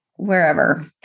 Wherever